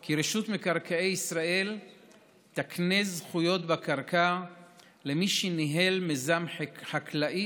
כי רשות מקרקעי ישראל תקנה זכויות בקרקע למי שניהל מיזם חקלאי